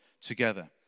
together